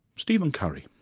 steven curry.